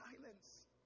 silence